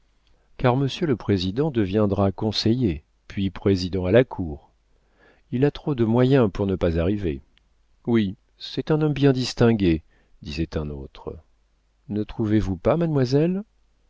car monsieur le président deviendra conseiller puis président à la cour il a trop de moyens pour ne pas arriver oui c'est un homme bien distingué disait un autre ne trouvez-vous pas mademoiselle